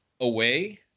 away